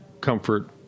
comfort